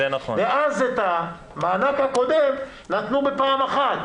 את המענק הקודם נתנו בפעם אחת.